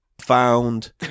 found